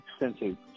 extensive